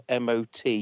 MOT